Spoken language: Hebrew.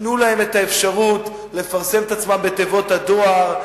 תנו להם האפשרות לפרסם את עצמם בתיבות הדואר,